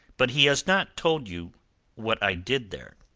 but he has not told you what i did there.